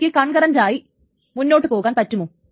അവക്ക് കൺകറൻറ്റ് ആയി മുന്നോട്ട് പോകുവാൻ പറ്റുമോ